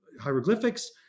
hieroglyphics